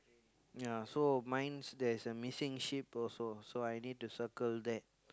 ya so mine's there is a missing sheep also so I need to circle that